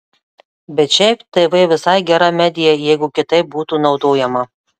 bet šiaip tv visai gera medija jeigu kitaip būtų naudojama